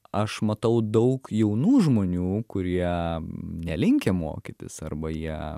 aš matau daug jaunų žmonių kurie nelinkę mokytis arba jie